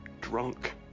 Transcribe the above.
drunk